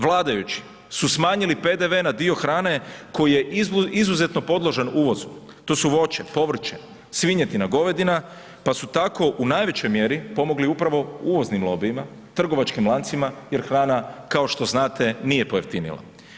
Vladajući su smanjili PDV na dio hrane koji je izuzetno podložan uvozu, to su voće, povrće, svinjetina, govedina, pa su tako u najvećoj mjeri pomogli upravo uvoznim lobijima, trgovačkim lancima jer hrana kao što znate nije pojeftinila.